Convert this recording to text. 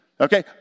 okay